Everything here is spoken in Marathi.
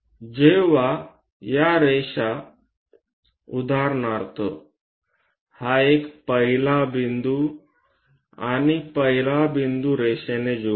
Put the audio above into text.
जेव्हा या रेषा उदाहरणार्थ हा एक पहिला बिंदू आणि पहिला बिंदू रेषेने जोडू